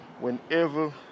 whenever